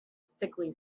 sickly